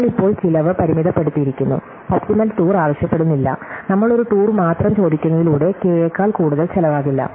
നമ്മൾ ഇപ്പോൾ ചിലവ് പരിമിതപ്പെടുത്തിയിരിക്കുന്നു ഒപ്റ്റിമൽ ടൂർ ആവശ്യപ്പെടുന്നില്ല നമ്മൾ ഒരു ടൂർ മാത്രം ചോദിക്കുന്നതിലൂടെ കെ യേക്കാൾ കൂടുതൽ ചെലവാകില്ല